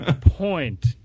point